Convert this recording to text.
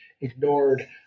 ignored